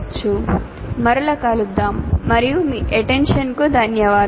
మీ attentionకి చాలా ధన్యవాదాలు